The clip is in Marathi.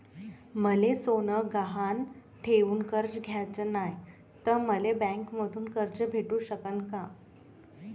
मले सोनं गहान ठेवून कर्ज घ्याचं नाय, त मले बँकेमधून कर्ज भेटू शकन का?